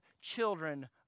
children